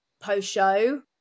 post-show